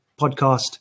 podcast